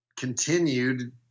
continued